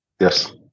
Yes